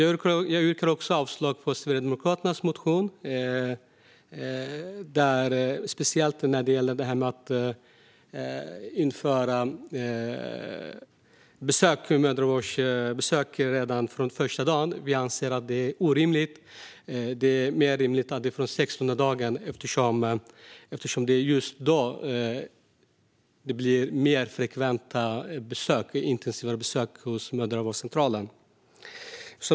Jag yrkar avslag på Sverigedemokraternas motion, speciellt den del som gäller att införa mödravårdsbesök redan från första dagen, vilket vi anser är orimligt. Det är mer rimligt att det är från 60:e dagen före beräknad förlossning, eftersom det är då det blir mer frekventa besök på mödravårdscentralen.